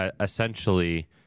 Essentially